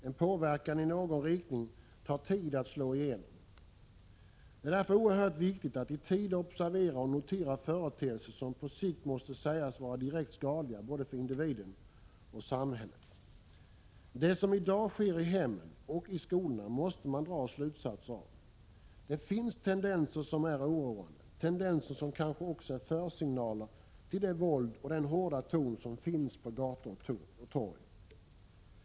En påverkan i någon riktning tar tid att slå igenom. Det är därför oerhört viktigt att i tid observera och notera företeelser som på sikt måste sägas vara direkt skadliga både för individen och för samhället. Det som i dag sker i hemmen och i skolorna måste man dra slutsatser av. Det finns tendenser som är oroande, tendenser som kanske också är försignaler till det våld och den hårda ton som förekommer på gator och torg.